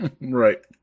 Right